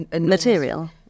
material